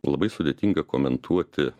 labai sudėtinga komentuoti